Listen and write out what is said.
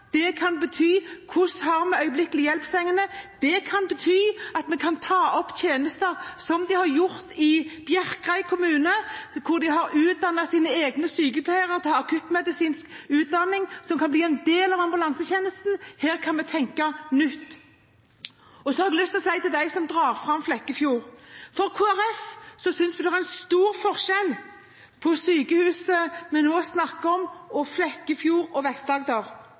Det kan dreie seg om hvor vi har øyeblikkelig hjelp-sengene. Det kan bety at vi kan ta opp tjenester som de har gjort i Bjerkreim kommune, hvor de har utdannet sine egne sykepleiere til akuttmedisinsk utdanning, som kan bli en del av ambulansetjenesten. Her kan vi tenke nytt. Så har jeg lyst til å si noe til dem som drar fram Flekkefjord. For Kristelig Folkeparti er det en stor forskjell på sykehuset vi nå snakker om, og